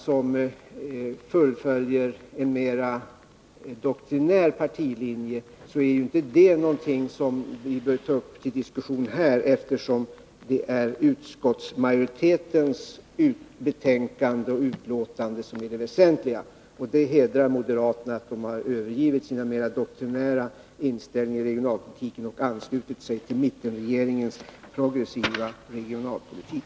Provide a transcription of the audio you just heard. som fullföljer en mer doktrinär partilinje är inte det någonting som vi bör ta upp till diskussion här, eftersom det är utskottsmajoritetens betänkande och uttalande som är det väsentliga. Och det hedrar moderaterna att de har övergivit sin mer doktrinära inställning i regionalpolitiken och anslutit sig till mittenregeringens progressiva regionalpolitik.